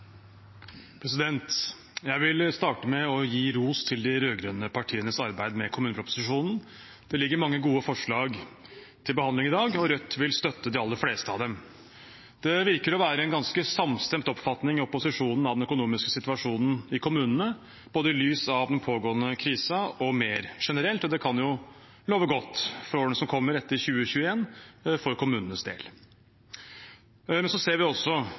partienes arbeid med kommuneproposisjonen. Det ligger mange gode forslag til behandling i dag, og Rødt vil støtte de aller fleste av dem. Det virker å være en ganske samstemt oppfatning i opposisjonen av den økonomiske situasjonen i kommunene, både i lys av den pågående krisen og mer generelt, og det kan jo love godt for årene som kommer etter 2021, for kommunenes del. Men så ser vi også